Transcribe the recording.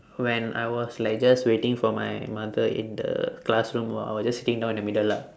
when I was like just waiting for my mother in the classroom or I was just sitting down in the middle lah